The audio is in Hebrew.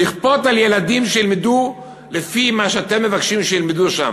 ללכפות על ילדים שילמדו לפי מה שאתם מבקשים שילמדו שם,